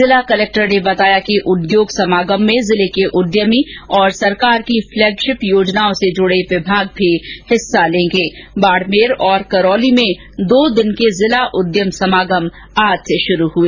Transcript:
जिला कलेक्टर ने बताया कि उद्योग समागम में जिले के उद्यमी और सरकार की फ्लैगशिप योजनाओं से जड़े विभाग भी हिस्सा लेंगे वहीं बाड़मेर और करौली में जिला उद्यम समागम आज से शुरू हुए